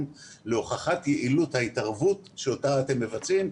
להוכחת יעילות ההתערבות שאותה אתם מבצעים,